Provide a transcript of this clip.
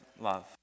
love